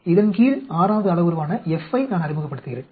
இதன் கீழ் 6 வது அளவுருவான F யை நான் அறிமுகப்படுத்துகிறேன்